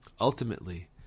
Ultimately